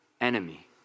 enemy